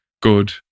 good